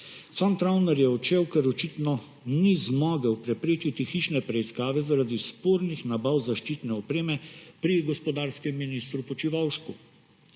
Sam Travner je odšel, ker očitno ni zmogel preprečiti hišne preiskave zaradi spornih nabav zaščitne opreme pri gospodarskem ministru Počivalšku.